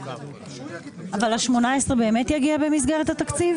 אבל ה-18 באמת יגיע במסגרת התקציב?